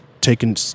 taken